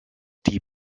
die